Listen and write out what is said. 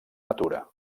natura